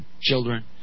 children